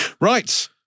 Right